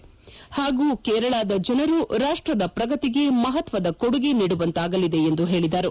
ಪಾಗೂ ಕೇರಳದ ಜನರು ರಾಷ್ಟದ ಪ್ರಗತಿಗೆ ಮಪತ್ತದ ಕೊಡುಗೆ ನೀಡುವಂತಾಗಲಿದೆ ಎಂದು ಹೇಳಿದರು